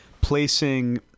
placing